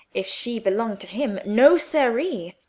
if she belonged to him no-sir-ee!